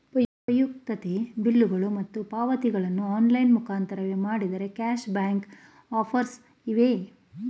ಉಪಯುಕ್ತತೆ ಬಿಲ್ಲುಗಳು ಮತ್ತು ಪಾವತಿಗಳನ್ನು ಆನ್ಲೈನ್ ಮುಖಾಂತರವೇ ಮಾಡಿದರೆ ಕ್ಯಾಶ್ ಬ್ಯಾಕ್ ಆಫರ್ಸ್ ಇವೆಯೇ?